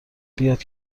بیاد